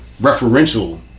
referential